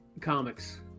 comics